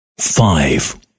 five